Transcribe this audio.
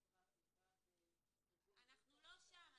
ועד ארגון ויצ"ו --- אנחנו לא שם,